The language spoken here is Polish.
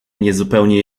niezupełnie